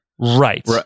right